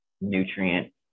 nutrient